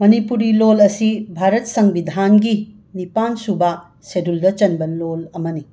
ꯃꯥꯅꯤꯄꯨꯔꯤ ꯂꯣꯜ ꯑꯁꯤ ꯚꯥꯔꯠ ꯁꯪꯕꯤꯙꯥꯟꯒꯤ ꯅꯤꯄꯥꯟꯁꯨꯕ ꯁꯦꯗꯨꯜꯗ ꯆꯟꯕ ꯂꯣꯜ ꯑꯃꯅꯤ